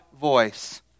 voice